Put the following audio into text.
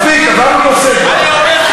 מספיק, עברנו נושא כבר.